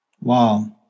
Wow